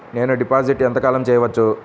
నేను డిపాజిట్ ఎంత కాలం చెయ్యవచ్చు?